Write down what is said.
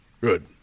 good